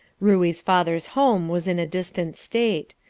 ruey's father's home was in a distant state.